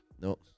No